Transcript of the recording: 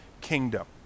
kingdom